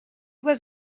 was